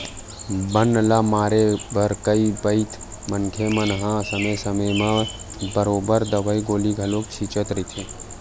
बन ल मारे बर कई पइत मनखे मन हा समे समे म बरोबर दवई गोली घलो छिंचत रहिथे